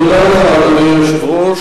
תודה לך, אדוני היושב-ראש.